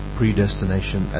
predestination